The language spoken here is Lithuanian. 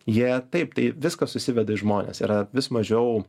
jie taip tai viskas susiveda į žmones yra vis mažiau